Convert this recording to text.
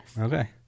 Okay